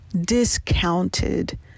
discounted